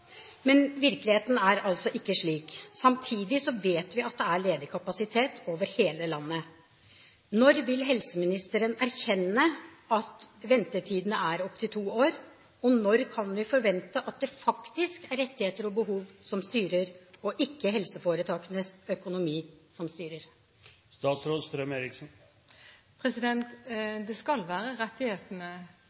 Men virkeligheten er altså ikke slik. Samtidig vet vi at det er ledig kapasitet over hele landet. Når vil helseministeren erkjenne at ventetidene er opptil to år? Og når kan vi forvente at det faktisk er rettigheter og behov som styrer, og ikke helseforetakenes økonomi? Det skal være rettighetene og behovene til pasientene som styrer. Hvis man er akutt syk, skal